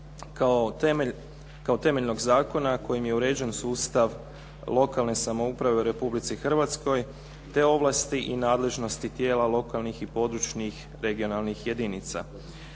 kao temeljnog zakona kojim je uređen sustav lokalne samouprave u Republici Hrvatskoj, te ovlasti i nadležnosti tijela lokalnih i područnih (regionalnih) jedinica.